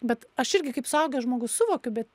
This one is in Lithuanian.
bet aš irgi kaip suaugęs žmogus suvokiu bet